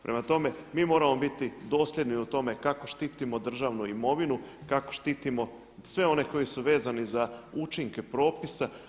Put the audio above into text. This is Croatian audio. Prema tome, mi moramo biti dosljedni u tome kako štitimo državnu imovinu, kako štitimo sve one koji su vezani za učinke propisa.